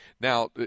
Now